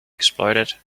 exploited